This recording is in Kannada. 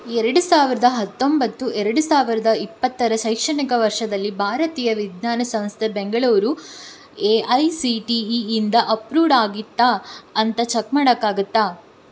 ಎರಡು ಸಾವಿರದ ಹತ್ತೊಂಬತ್ತು ಎರಡು ಸಾವಿರದ ಇಪ್ಪತ್ತರ ಶೈಕ್ಷಣಿಕ ವರ್ಷದಲ್ಲಿ ಭಾರತೀಯ ವಿಜ್ಞಾನ ಸಂಸ್ಥೆ Bengaluru A I C T ಇಯಿಂದ ಅಪ್ರೂವ್ಡ್ ಆಗಿತ್ತಾ ಅಂತ ಚೆಕ್ ಮಾಡೋಕ್ಕಾಗುತ್ತಾ